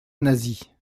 nasie